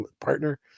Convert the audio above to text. partner